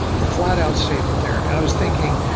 the flat out statement there. i was thinking,